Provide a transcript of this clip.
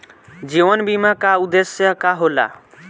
जीवन बीमा का उदेस्य का होला?